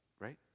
right